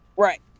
right